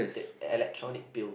that electronic bill